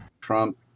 Trump